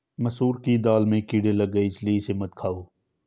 मसूर दाल में कीड़े लग गए है इसलिए इसे मत खाओ